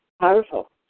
powerful